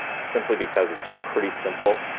simply because it's pretty simple.